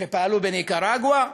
שפעלו בניקרגואה,